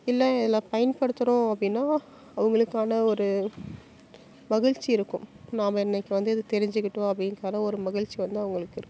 இல்லை இதில் பயன்படுத்துகிறோம் அப்படின்னா அவங்களுக்கான ஒரு மகிழ்ச்சி இருக்கும் நாம் இன்னைக்கு வந்து இதை தெரிஞ்சுக்கிட்டோம் அப்படிங்கற ஒரு மகிழ்ச்சி வந்து அவங்களுக்கு இருக்கும்